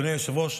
אדוני היושב-ראש,